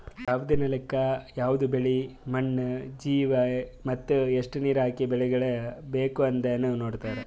ಯವದ್ ನೆಲುಕ್ ಯವದ್ ಬೆಳಿ, ಮಣ್ಣ, ಜೀವಿ ಮತ್ತ ಎಸ್ಟು ನೀರ ಹಾಕಿ ಬೆಳಿಗೊಳ್ ಬೇಕ್ ಅಂದನು ನೋಡತಾರ್